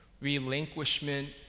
Relinquishment